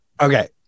Okay